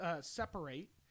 separate